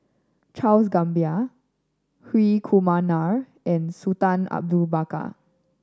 Charles Gamba Hri Kumar Nair and Sultan Abu Bakar